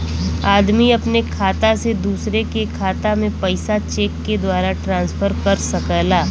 आदमी अपने खाता से दूसरे के खाता में पइसा चेक के द्वारा ट्रांसफर कर सकला